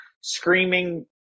screaming